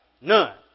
None